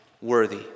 worthy